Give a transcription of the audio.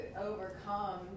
overcome